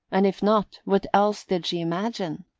and if not, what else did she imagine?